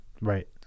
right